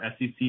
SEC